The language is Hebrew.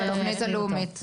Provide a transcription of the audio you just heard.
גם לתוכנית הלאומית.